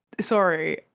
sorry